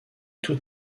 toute